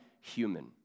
human